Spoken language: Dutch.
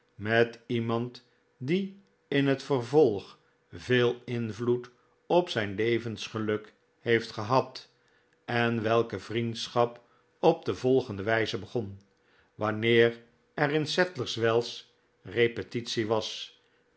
met iemand die in het vervolg veel invloed op zijn levensgeluk heeft gehad en welke vriendschap op de volgende wijze begon wanneer er in sadlers wells repetitie was